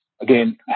again